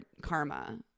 karma